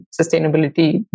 sustainability